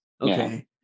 Okay